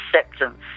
acceptance